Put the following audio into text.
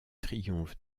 triomphe